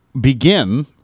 begin